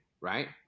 right